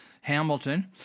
Hamilton